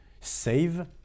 save